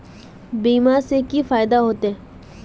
बीमा से की फायदा होते?